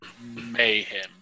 Mayhem